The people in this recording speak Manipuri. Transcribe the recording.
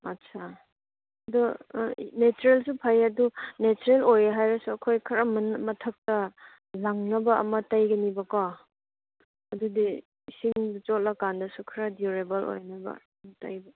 ꯑꯁꯥ ꯑꯗꯨ ꯅꯦꯆꯔꯦꯜꯁꯨ ꯐꯩ ꯑꯗꯨ ꯅꯦꯆꯔꯦꯜ ꯑꯣꯏ ꯍꯥꯏꯔꯁꯨ ꯑꯩꯈꯣꯏ ꯀꯔꯝꯕꯅ ꯃꯊꯛꯇ ꯂꯪꯅꯕ ꯑꯃ ꯇꯩꯒꯅꯤꯕꯀꯣ ꯑꯗꯨꯗꯤ ꯏꯁꯤꯡꯗ ꯆꯣꯠꯂ ꯀꯥꯟꯗꯁꯨ ꯈꯔ ꯗꯤꯎꯔꯦꯕꯜ ꯑꯣꯏꯅꯕ ꯇꯩꯕ